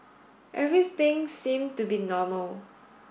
everything seemed to be normal